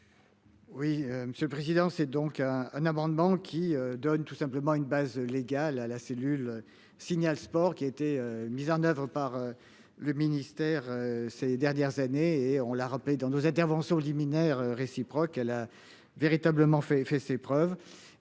Oui, monsieur le président. C'est donc un, un amendement qui donne tout simplement une base légale à la cellule signal sport qui a été mis en oeuvre par. Le ministère ces dernières années et on l'a rappelé, dans nos interventions liminaires réciproque. Elle a véritablement fait fait ses preuves